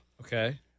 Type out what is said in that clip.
Okay